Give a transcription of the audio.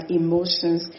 emotions